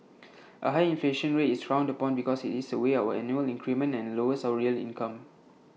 A high inflation rate is frowned upon because IT eats away our annual increment and lowers our real income